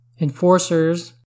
enforcers